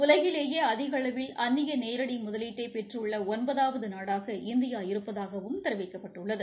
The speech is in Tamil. உலகிலேயே அதிக அளவில் அந்நிய நேரடி முதலீட்டை பெற்றுள்ள ஒன்பதாவது நாடாக இந்தியா இருப்பதகாவும் தெரிவிக்கப்பட்டுள்ளது